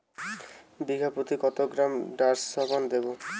বিঘাপ্রতি কত গ্রাম ডাসবার্ন দেবো?